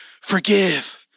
forgive